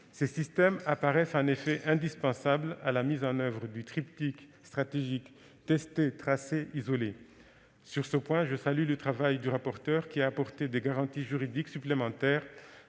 Ces systèmes apparaissent en effet indispensables à la mise en oeuvre du triptyque stratégique « tester, tracer, isoler ». Sur ce point, je salue le travail du rapporteur, qui a apporté des garanties juridiques supplémentaires,